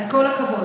אז כל הכבוד.